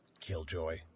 Killjoy